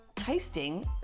tasting